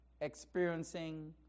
experiencing